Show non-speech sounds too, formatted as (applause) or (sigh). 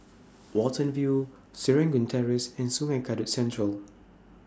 (noise) Watten View Serangoon Terrace and Sungei Kadut Central